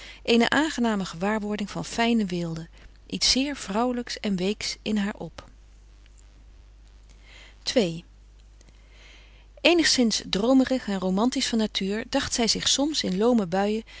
eene aangename gewaarwording van fijne weelde iets zeer vrouwelijks en weeks in haar op ii eenigszins droomerig en romantisch van natuur dacht zij zich soms in loome buien